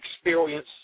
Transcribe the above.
experience